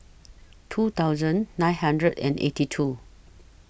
two thousand nine hundred and eighty two